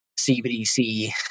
CBDC